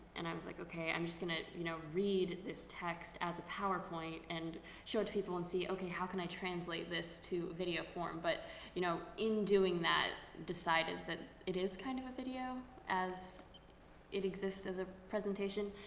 and i was like, ok, i'm just going to you know read this text as a powerpoint and show it to people and see, ok how can i translate this to video form? but you know, in doing that, decided that it is kind of a video, as it exists as a presentation.